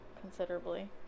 considerably